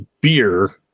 beer